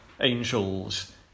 angels